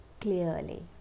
clearly